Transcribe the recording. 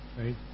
Right